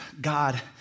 God